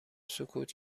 سکوت